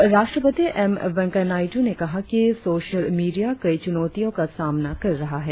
उपराष्ट्रपति एम वेंकैया नायडू ने कहा कि सोशल मीडिया कई चुनौतियों का सामना कर रहा है